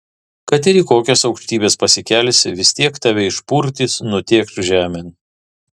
kad ir į kokias aukštybes pasikelsi vis tiek tave išpurtys nutėkš žemėn